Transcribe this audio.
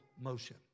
motion